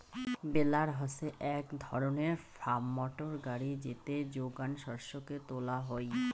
বেলার হসে এক ধরণের ফার্ম মোটর গাড়ি যেতে যোগান শস্যকে তোলা হই